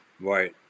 Right